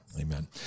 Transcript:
Amen